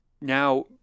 now